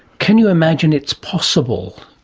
can you imagine it's possible,